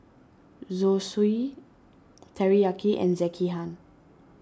Zosui Teriyaki and Sekihan